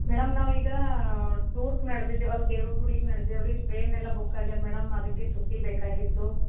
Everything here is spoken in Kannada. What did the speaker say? ಮೇಡಮ್ ನಾವು ಈಗ ಟೂರ್ಗ್ ನಡ್ದಿದ್ದೀವಲ್ಲ ದೇವ್ರ ಗುಡಿಗೆ ನಡ್ದೇವೆ ರೀ ಸ್ಟ್ರೇನೆಲ್ಲ ಬುಕ್ಕಾಗ್ಯದೆ ಮೇಡಮ್ ಅದಕ್ಕೆ ಚುಟ್ಟಿ ಬೇಕಾಗಿತ್ತು